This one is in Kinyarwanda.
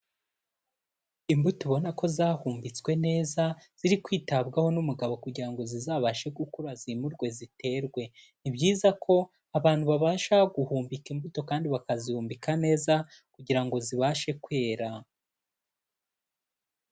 Imbuto ubona ko zahumbitswe neza, ziri kwitabwaho n'umugabo kugira ngo zizabashe gukura zimurwe ziterwe. Ni byiza ko, abantu babasha guhumbika imbuto kandi bakazimbika neza, kugira ngo zibashe kwera.